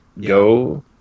go